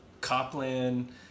Copland